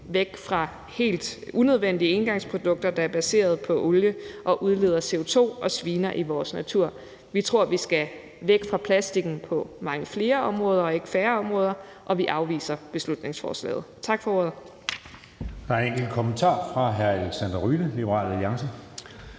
væk fra helt unødvendige engangsprodukter, der er baseret på olie og udleder CO2 og sviner i vores retur. Vi tror, vi skal væk fra plastikken på mange flere områder, ikke færre områder, og vi afviser beslutningsforslaget. Tak for ordet.